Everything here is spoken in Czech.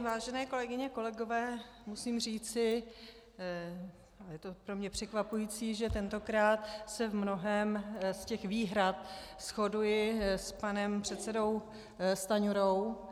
Vážené kolegyně, kolegové, musím říci, a je to pro mě překvapující, že tentokrát se v mnohém z výhrad shoduji s panem předsedou Stanjurou.